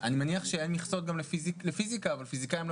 אני מניח שאין מכסות גם לפיזיקה אבל פיזיקאים לא